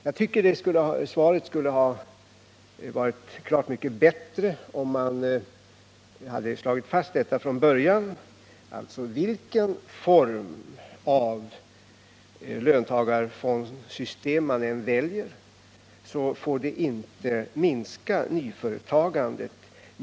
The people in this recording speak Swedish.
Jag tycker att svaret skulle ha varit klart mycket bättre om han hade slagit fast detta från början, att vilken form av fondsystem man än väljer får det inte minska nyföretagandet.